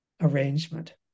arrangement